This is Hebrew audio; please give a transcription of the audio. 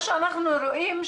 מה שאנחנו רואים,